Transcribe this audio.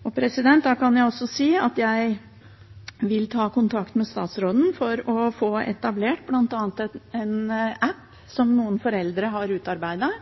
Jeg kan også si at jeg vil ta kontakt med statsråden for å få etablert bl.a. en app som noen foreldre har